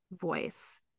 voice